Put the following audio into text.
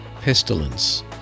pestilence